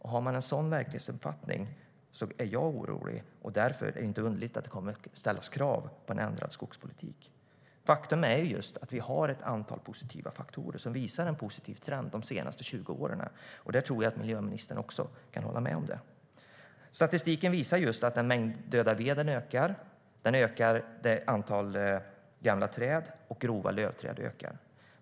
Har man en sådan verklighetsuppfattning är jag orolig, och därför är det inte underligt att det kommer att ställas krav på en ändrad skogspolitik. Faktum är att vi har ett antal faktorer som visar en positiv trend de senaste 20 åren. Jag tror att även miljöministern kan hålla med om det. Statistiken visar att mängden död ved ökar. Antalet gamla träd och grova lövträd ökar.